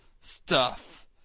Stuff